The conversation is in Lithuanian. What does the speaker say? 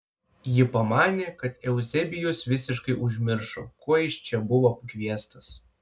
ji pamanė kad euzebijus visiškai užmiršo ko jis čia buvo kviestas